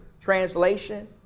Translation